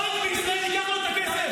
בנק בישראל ייקח לו את הכסף?